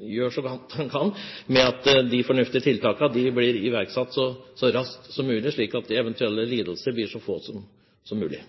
gjør så godt han kan med hensyn til at fornuftige tiltak blir iverksatt så raskt som mulig, slik at eventuelle lidelser blir så få som mulig.